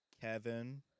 Kevin